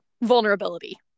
vulnerability